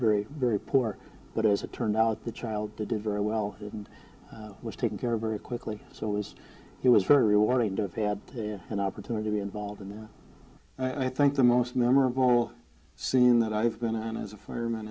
very very poor but as it turned out the child to divert well and was taken care of very quickly so it was he was very rewarding to have had an opportunity to be involved and i think the most memorable scene that i've been on as a fireman